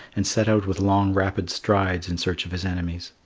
and set out with long rapid strides in search of his enemies.